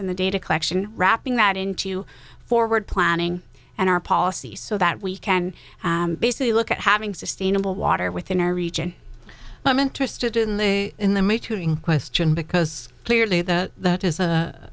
and the data collection wrapping that into forward planning and our policy so that we can basically look at having sustainable water within our reach and i'm interested in the in the main question because clearly the that is